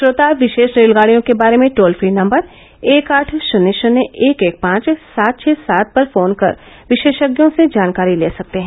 श्रोता विशेष रेलगाड़ियों के बारे में टोल फ्री नम्बर एक आठ शुन्य शुन्य एक एक पांच सात छः सात पर फोन कर विशेषज्ञों से जानकारी ले सकते हैं